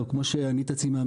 גם כמו שאניטה ציינה,